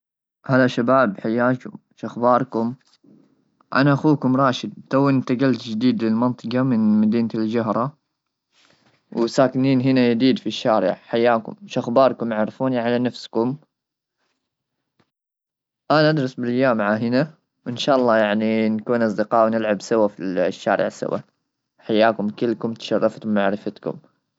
هلا شباب حياكم شو اخباركم انا اخوكم راشد توي انتقلت جديد للمنطقه من مدينه الجهراء ,وساكنين هنا جديد في الشارع حياكم شو اخباركم عرفوني على نفسكم ,انا ادرس بالجامعه هنا ان شاء الله يعني نكون اصدقاء ,ونلعب سوا في الشارع سوا حياكم كلكم تشرفت بمعرفتكم.